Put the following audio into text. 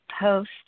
post